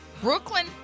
Brooklyn